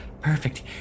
perfect